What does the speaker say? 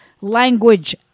Language